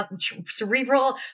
cerebral